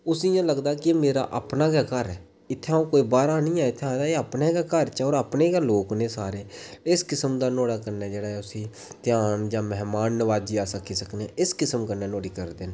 उसी इं'या लगदा की एह् मेरा अपना गै घर ऐ इत्थां अं'ऊ कोई बाहरा निं ऐ आये दा अं'ऊ अपने गै घर च ते अपने गै लोक न सारे इस किस्म दा नुहाड़े कन्नै ऐ जेह्ड़ा उसी ध्यान जां मेहमान नवाज़ी अस आक्खी सकने इस किस्म कन्नै नुहाड़ी करदे न